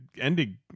ending